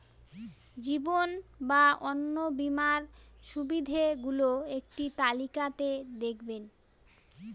জীবন বা অন্ন বীমার সুবিধে গুলো একটি তালিকা তে দেখাবেন?